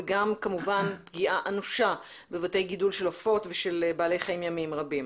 וגם כמובן פגיעה אנושה בבתי גידול של עופות ושל בעלי חיים ימיים רבים.